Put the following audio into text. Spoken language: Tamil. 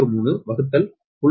030